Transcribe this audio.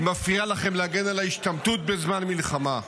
היא מפריעה לכם להגן על ההשתמטות בזמן המלחמה.